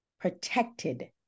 protected